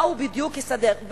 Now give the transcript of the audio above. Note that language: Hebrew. מה הוא בדיוק יסדר?